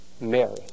Mary